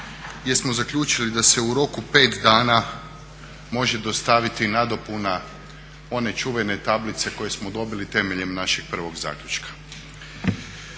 gdje smo zaključili da se u rok od pet dana može dostaviti nadopuna one čuvene tablice koju smo dobili temeljem našeg prvog zaključka.